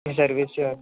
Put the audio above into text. service